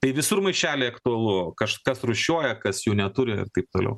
tai visur maišeliai aktualu kažkas rūšiuoja kas jų neturi ir taip toliau